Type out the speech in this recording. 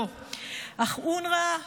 מה לא נאמר על אונר"א,